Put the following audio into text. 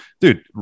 dude